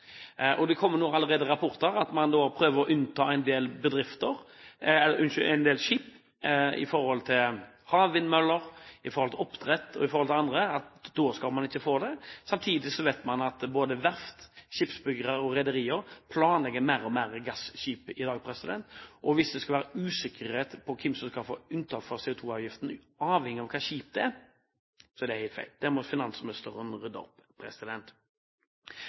Det kommer nå allerede rapporter om at man prøver å unnta en del skip, i forhold til havvindmøller, i forhold til oppdrett og i forhold til annet. Da skal man ikke få fritak. Samtidig vet man at både verft, skipsbyggere og rederier mer og mer planlegger gasskip i dag. Hvis det skal være usikkerhet om hvem som skal få unntak fra CO2 -avgiften avhengig av hva slags skip det er, blir det helt feil. Det må finansministeren rydde opp